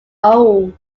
old